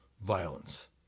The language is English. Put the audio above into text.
Violence